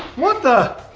what the!